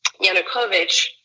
Yanukovych